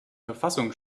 verfassung